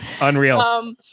Unreal